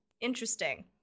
Interesting